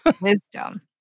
Wisdom